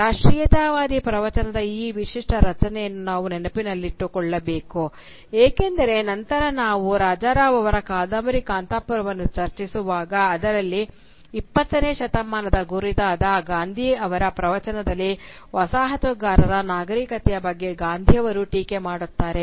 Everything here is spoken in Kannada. ರಾಷ್ಟ್ರೀಯತಾವಾದಿ ಪ್ರವಚನದ ಈ ವಿಶಿಷ್ಟ ರಚನೆಯನ್ನು ನಾವು ನೆನಪಿನಲ್ಲಿಟ್ಟುಕೊಳ್ಳಬೇಕು ಏಕೆಂದರೆ ನಂತರ ನಾವು ರಾಜ ರಾವ್ ಅವರ ಕಾದಂಬರಿ "ಕಾಂತಪುರವನ್ನು" ಚರ್ಚಿಸುವಾಗ ಅದರಲ್ಲಿ 20 ನೇ ಶತಮಾನದ ಕುರಿತಾದ ಗಾಂಧಿ ಅವರ ಪ್ರವಚನದಲ್ಲಿ ವಸಾಹತುಗಾರರ ನಾಗರಿಕತೆಯ ಬಗ್ಗೆ ಗಾಂಧಿಯವರು ಟೀಕೆ ಮಾಡುತ್ತಾರೆ